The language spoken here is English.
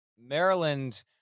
maryland